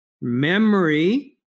memory